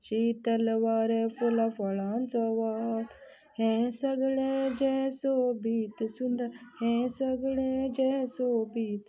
शितळ वारें फुलां फळांचो हें सगळें जें सोबीत सुंदर हें सगळें जें सोबीत